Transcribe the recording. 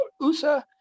USA